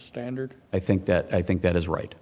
standard i think that i think that is right